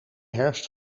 herfst